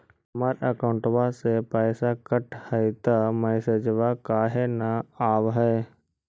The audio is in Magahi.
हमर अकौंटवा से पैसा कट हई त मैसेजवा काहे न आव है?